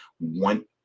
One